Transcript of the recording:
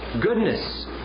goodness